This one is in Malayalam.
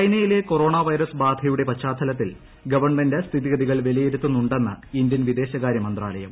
ചൈനയിലെ കൊറോണ വൈറസ് ബാധയുടെ പശ്ചാത്തലത്തിൽ ഗവൺമെന്റ് സ്ഥിതിഗതികൾ വിലയിരുത്തുന്നുണ്ടെന്ന് ഇന്ത്യൻ വിദേശകാരൃ മന്ത്രാലയം